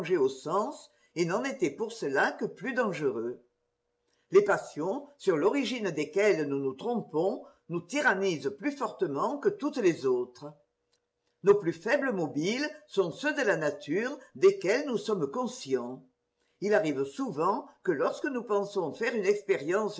sens et n'en était pour cela que plus dangereux les passions sur l'origine desquelles nous nous trompons nous tyrannisent plus fortement que toutes les autres nos plus faibles mobiles sont ceux de la nature desquels nous sommes conscients il arrive souvent que lorsque nous pensons faire une expérience